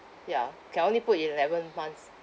ya can only put eleven months